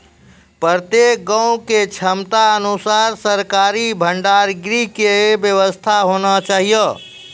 प्रत्येक गाँव के क्षमता अनुसार सरकारी भंडार गृह के व्यवस्था होना चाहिए?